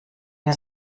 wir